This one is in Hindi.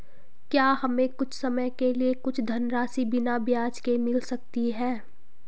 क्या हमें कुछ समय के लिए कुछ धनराशि बिना ब्याज के मिल सकती है?